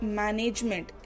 management